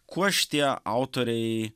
kuo šitie autoriai